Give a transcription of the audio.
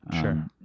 sure